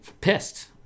pissed